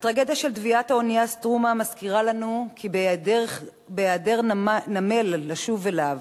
הטרגדיה של טביעת האונייה "סטרומה" מזכירה לנו כי בהיעדר נמל לשוב אליו,